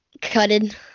Cutted